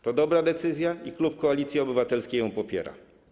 To dobra decyzja i klub Koalicji Obywatelskiej ją popiera.